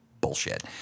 bullshit